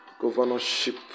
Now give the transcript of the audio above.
Governorship